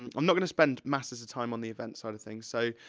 and i'm not gonna spend masses of time on the event side of things, so,